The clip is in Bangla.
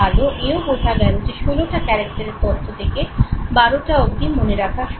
এও বোঝা গেলো যে 16 ক্যারেক্টারের তথ্য থেকে 12 টা অবধি মনে রাখা সম্ভব